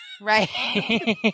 Right